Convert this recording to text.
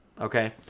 okay